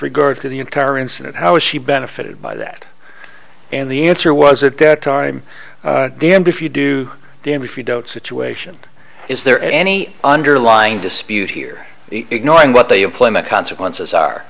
regard to the entire incident how was she benefited by that and the answer was at that time the end if you do damned if you don't situation is there any underlying dispute here ignoring what they implement consequences are